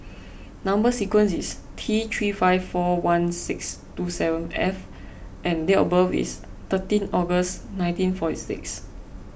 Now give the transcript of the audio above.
Number Sequence is T three five four one six two seven F and date of birth is thirteen August nineteen forty six